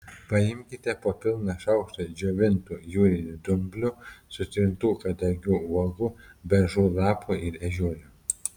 paimkite po pilną šaukštą džiovintų jūrinių dumblių sutrintų kadagių uogų beržų lapų ir ežiuolių